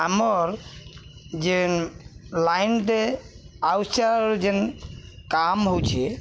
ଆମର୍ ଯେନ୍ ଲାଇନଟେ ଆଉସଚେ ଯେନ୍ କାମ ହଉଚେ